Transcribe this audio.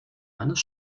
eines